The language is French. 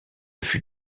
fut